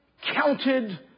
counted